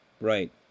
right